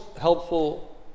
helpful